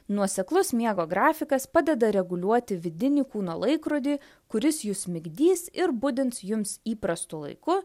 nuoseklus miego grafikas padeda reguliuoti vidinį kūno laikrodį kuris jus migdys ir budins jums įprastu laiku